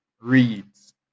reads